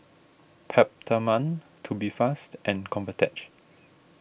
Peptamen Tubifast and Convatec